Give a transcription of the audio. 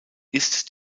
ist